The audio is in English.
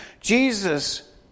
Jesus